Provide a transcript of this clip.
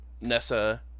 Nessa